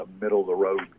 middle-of-the-road